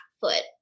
foot